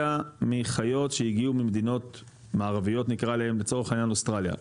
מחיות שהגיעו ממדינות מערביות נקרא להם לצורך העניין אוסטרליה.